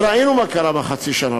וראינו מה קרה בחצי שנה,